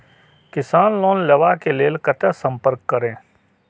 किसान लोन लेवा के लेल कते संपर्क करें?